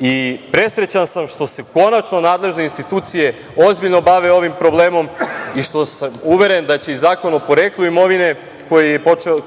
i presrećan sam što se konačno nadležne institucije ozbiljno bave ovim problemom i što sam uveren da će Zakon o poreklu imovine,